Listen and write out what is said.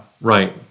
Right